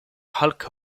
hulk